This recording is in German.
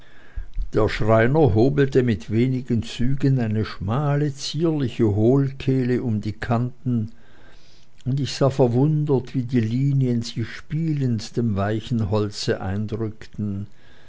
der schreiner hobelte mit wenigen zügen eine schmale zierliche hohlkehle um die kanten und ich sah verwundert wie die linien sich spielend dem weichen holze eindrückten